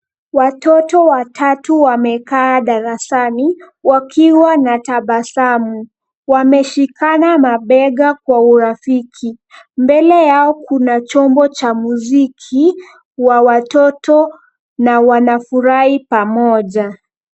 Watoto watatu wamekaa darasani, wakiwa na tabasamu. Wameshikana mabega kwa urafiki. Mbele yao kuna chombo cha muziki wa watoto na wanafurahi pamoja.